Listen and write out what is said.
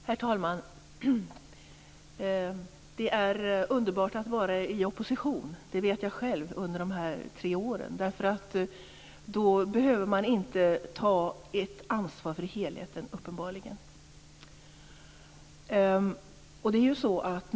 Herr talman! Det är underbart att vara i opposition. Det vet jag själv från dessa tre år. Då behöver man uppenbarligen inte ta ansvar för helheten.